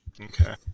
Okay